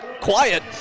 quiet